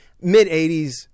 mid-80s